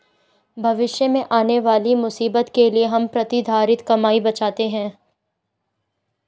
भविष्य में आने वाली मुसीबत के लिए हम प्रतिधरित कमाई बचाते हैं